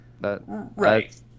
Right